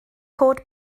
cod